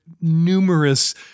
numerous